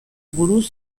buruz